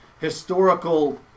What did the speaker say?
historical